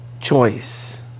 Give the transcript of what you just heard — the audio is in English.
Choice